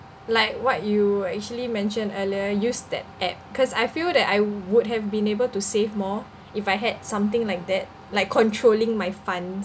like what you actually mentioned earlier use that app because I feel that I would have been able to save more if I had something like that like controlling my funds